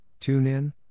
TuneIn